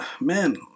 man